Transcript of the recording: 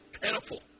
Pitiful